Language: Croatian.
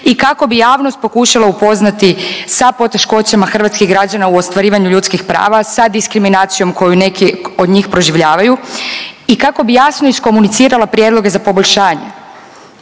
i kako bi javnost pokušala upoznati sa poteškoćama hrvatskih građana u ostvarivanju ljudskih prava, sa diskriminacijom koju neki od njih proživljavaju i kako bi jasno iskomunicirala prijedloge za poboljšanje,